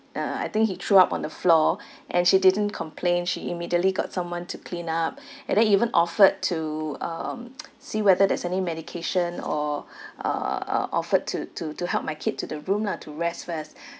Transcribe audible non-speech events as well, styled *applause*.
uh uh I think he threw up on the floor and she didn't complain she immediately got someone to clean up and then even offered to um *noise* see whether there's any medication or uh uh offered to to to help my kid to the room lah to rest first